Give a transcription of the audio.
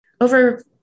Over